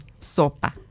sopa